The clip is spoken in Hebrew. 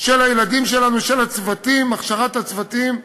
של הילדים שלנו, של הצוותים, הכשרת הצוותים,